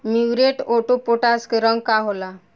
Muriate of potash के रंग का होला?